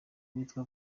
witwa